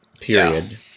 period